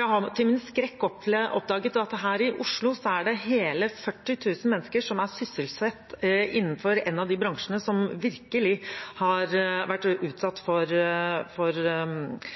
jeg har til min skrekk oppdaget at her i Oslo er det hele 40 000 mennesker som er sysselsatt innenfor en av de bransjene som virkelig har vært utsatt for